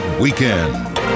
Weekend